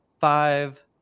five